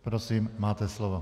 Prosím, máte slovo.